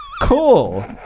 cool